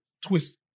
twist